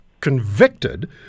convicted